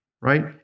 right